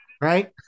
right